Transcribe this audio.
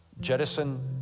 Jettison